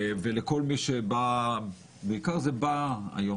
תודה גם לכל מי שבא היום